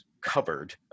covered